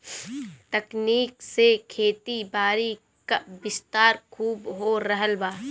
तकनीक से खेतीबारी क विस्तार खूब हो रहल बा